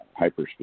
hyperspeed